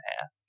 half